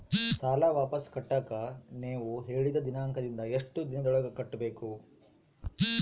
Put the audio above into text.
ಸಾಲ ವಾಪಸ್ ಕಟ್ಟಕ ನೇವು ಹೇಳಿದ ದಿನಾಂಕದಿಂದ ಎಷ್ಟು ದಿನದೊಳಗ ಕಟ್ಟಬೇಕು?